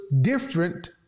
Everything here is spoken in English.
different